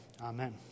Amen